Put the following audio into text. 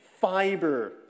fiber